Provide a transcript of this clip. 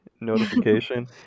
notification